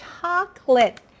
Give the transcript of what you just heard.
chocolate